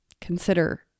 consider